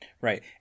Right